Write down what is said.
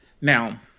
now